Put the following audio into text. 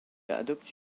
adopte